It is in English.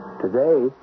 Today